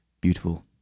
beautiful